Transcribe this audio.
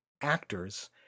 actors